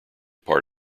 part